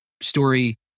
story